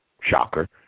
shocker